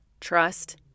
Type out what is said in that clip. Trust